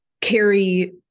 carry